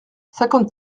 cinquante